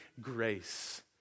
grace